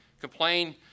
complain